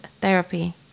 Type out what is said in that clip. therapy